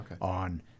on